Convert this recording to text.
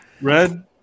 Red